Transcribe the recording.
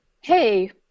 hey